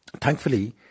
Thankfully